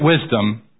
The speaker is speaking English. wisdom